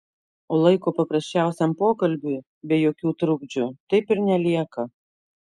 o laiko paprasčiausiam pokalbiui be jokių trukdžių taip ir nelieka